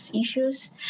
issues